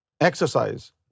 Exercise